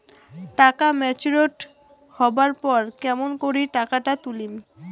টাকা ম্যাচিওরড হবার পর কেমন করি টাকাটা তুলিম?